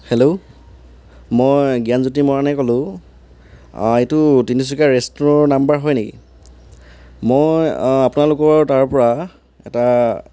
hello মই জ্ঞানজ্যোতি মৰাণে ক'লোঁ এইটো তিনিচুকীয়াৰ ৰেষ্টোৰাৰ নাম্বাৰ হয় নেকি মই আপোনালোকৰ তাৰ পৰা এটা